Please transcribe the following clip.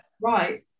right